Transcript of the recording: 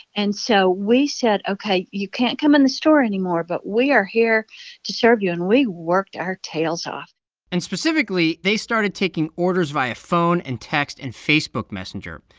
and so we said, ok, you can't come in the store anymore. but we are here to serve you, and we worked our tails off and, specifically, they started taking orders via phone and text and facebook messenger.